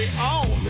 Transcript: on